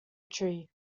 tree